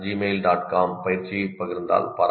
com பயிற்சியைப் பகிர்ந்தால் பாராட்டலாம்